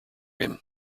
him